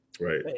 Right